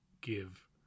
give